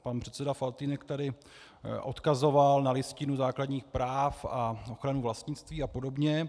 Pan předseda Faltýnek tady odkazoval na Listinu základních práv a ochranu vlastnictví apod.